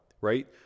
Right